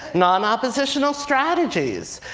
non-oppositional strategies.